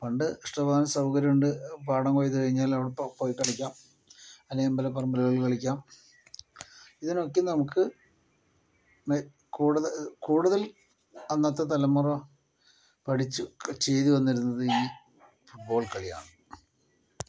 പണ്ട് ഇഷ്ടംപോലെ സൗകര്യമുണ്ട് പാടം കൊയ്ത് കഴിഞ്ഞാൽ അവിടെ പോയി കളിക്കാം അല്ലെങ്കിൽ അമ്പലപ്പറമ്പുകളിൽ കളിക്കാം ഇതിനൊക്കെ നമുക്ക് കൂടുതൽ കൂടുതൽ അന്നത്തെ തലമുറ പഠിച്ചു ചെയ്തുവന്നിരുന്നത് ഈ ഫുട്ബോൾ കളിയാണ്